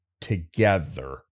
together